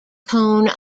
cone